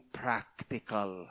practical